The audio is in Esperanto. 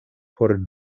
por